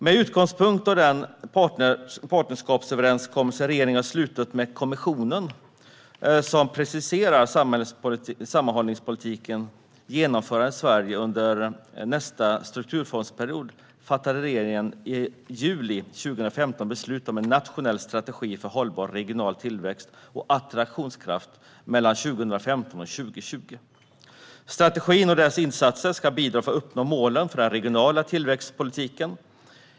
Med utgångspunkt i den partnerskapsöverenskommelse som regeringen har slutit med kommissionen, som preciserar sammanhållningspolitikens genomförande i Sverige under nästa strukturfondsperiod, fattade regeringen i juli 2015 beslut om en nationell strategi för hållbar regional tillväxt och attraktionskraft mellan 2015 och 2020. Strategin och dess insatser ska bidra till att uppnå målen för den regionala tillväxtpolitiken.